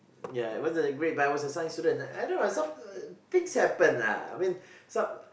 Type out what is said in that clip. ya wasn't a grade but I was a science student I don't know lah some things happen lah I mean some